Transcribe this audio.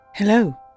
Hello